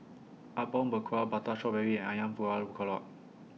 Apom Berkuah Prata Strawberry and Ayam Buah Keluak